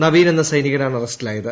നവീൻ എന്ന സൈനികനാണ് അറസ്റ്റിലായത്